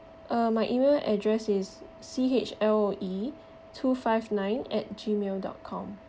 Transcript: uh my email address is C H L O E two five nine at Gmail dot com